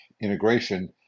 integration